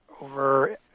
over